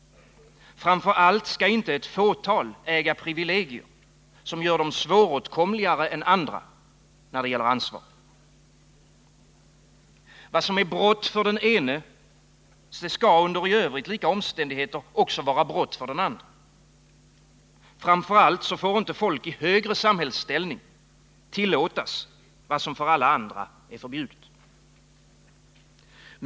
Framför allt skall inte ett fåtal äga privilegier, som gör dem svåråtkomligare än andra när det gäller ansvar. z Vad som är brott för den ene skall, under i övrigt lika omständigheter, också vara brott för den andre. Framför allt får inte folk i högre samhällsställning tillåtas vad som för alla andra är förbjudet.